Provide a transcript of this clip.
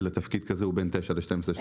לתפקיד כזה בגרמניה,